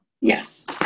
yes